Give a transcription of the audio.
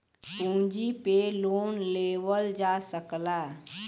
पूँजी पे लोन लेवल जा सकला